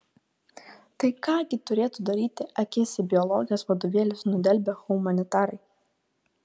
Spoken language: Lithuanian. tai ką gi turėtų daryti akis į biologijos vadovėlius nudelbę humanitarai